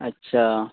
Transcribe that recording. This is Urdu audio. اچھا